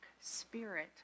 spirit